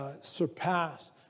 surpass